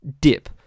dip